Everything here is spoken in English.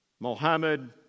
Mohammed